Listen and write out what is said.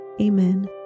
Amen